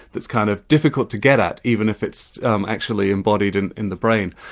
that's kind of difficult to get at, even if it's um actually embodied in in the brain.